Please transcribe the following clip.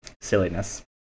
silliness